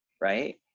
Right